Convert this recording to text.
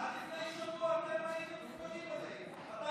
עד לפני שבוע אתם הייתם ממונים עליהם.